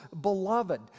beloved